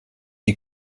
die